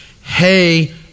hey